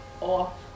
off